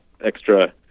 extra